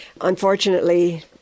Unfortunately